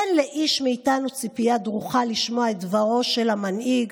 אין לאיש מאיתנו ציפייה דרוכה לשמוע את דברו של המנהיג